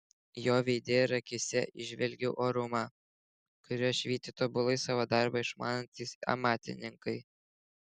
jo veide ir akyse įžvelgiau orumą kuriuo švyti tobulai savo darbą išmanantys amatininkai